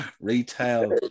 Retail